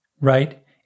Right